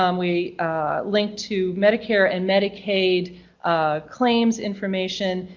um we linked to medicare and medicaid claims information,